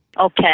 Okay